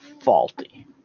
faulty